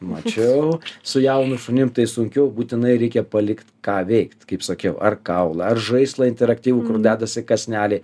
mačiau su jaunu šunim tai sunkiau būtinai reikia palikt ką veikt kaip sakiau ar kaulą ar žaislą interaktyvų kur dedasi kąsneliai